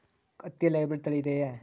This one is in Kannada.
ಹತ್ತಿಯಲ್ಲಿ ಹೈಬ್ರಿಡ್ ತಳಿ ಇದೆಯೇ?